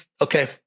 Okay